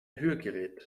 hörgerät